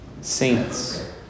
saints